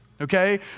Okay